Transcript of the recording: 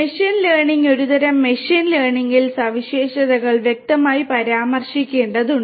machine learning ഒരു തരം machine ലേണിംഗിൽ സവിശേഷതകൾ വ്യക്തമായി പരാമർശിക്കേണ്ടതുണ്ട്